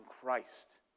Christ